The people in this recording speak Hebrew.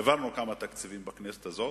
העברנו כמה תקציבים בכנסת הזאת,